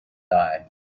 die